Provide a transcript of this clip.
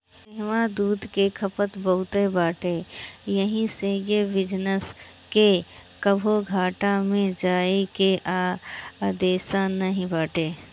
इहवा दूध के खपत बहुते बाटे एही से ए बिजनेस के कबो घाटा में जाए के अंदेशा नाई बाटे